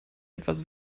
etwas